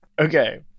Okay